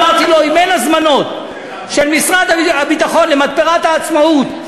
אמרתי לו: אם אין הזמנות של משרד הביטחון למתפרת "העצמאות"